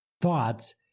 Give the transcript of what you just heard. thoughts